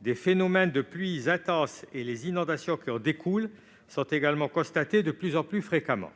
Des phénomènes de pluies intenses et les inondations qui en découlent sont également constatés de plus en plus fréquemment.